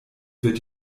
wird